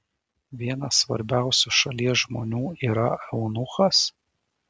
vienas svarbiausių šalies žmonių yra eunuchas